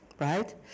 Right